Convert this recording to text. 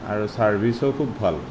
আৰু চাৰ্ভিছো খুব ভাল